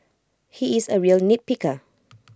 he is A real nitpicker